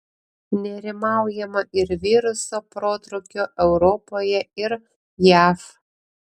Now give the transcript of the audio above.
nerimaujama ir viruso protrūkio europoje ir jav